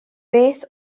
beth